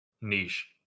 niche